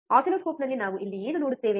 ಆಸಿಲ್ಲೋಸ್ಕೋಪ್ನಲ್ಲಿ ನಾವು ಇಲ್ಲಿ ಏನು ನೋಡುತ್ತೇವೆ